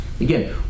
Again